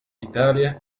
italia